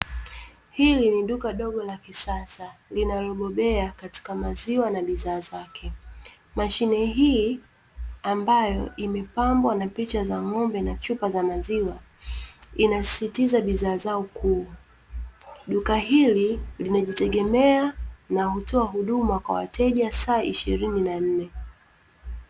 Hili ni duka dogo la kisasa linalobobea katika maziwa na bidhaa zake. Mashine hii ambayo imepambwa na picha za ng'ombe na chupa za maziwa, inasisitiza bidhaa zao kuu. Duka hili linajitegemea na hutoa huduma kwa wateja saa ishirini na nne.